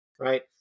right